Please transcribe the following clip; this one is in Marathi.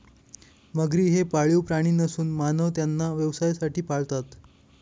मगरी हे पाळीव प्राणी नसून मानव त्यांना व्यवसायासाठी पाळतात